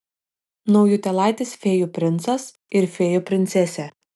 naujutėlaitis fėjų princas ir fėjų princesė